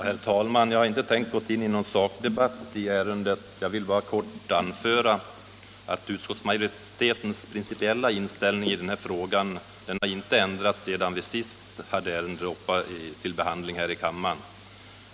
Herr talman! Jag har inte tänkt gå in i någon sakdebatt i ärendet. Jag vill bara helt kort anföra att utskottsmajoritetens principiella inställning i denna fråga inte har ändrats sedan vi senast hade ärendet uppe till behandling.